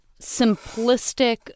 simplistic